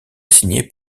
signé